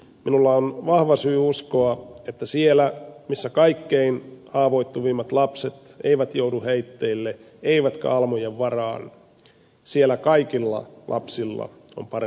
minulla on vahva syy uskoa että siellä missä kaikkein haavoittuvimmat lapset eivät joudu heitteille eivätkä almujen varaan kaikilla lapsilla on parempi olla